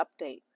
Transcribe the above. update